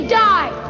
die